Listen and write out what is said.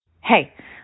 Hey